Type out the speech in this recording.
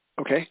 Okay